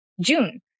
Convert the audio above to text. June